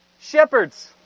Shepherds